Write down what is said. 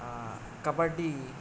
kabaddi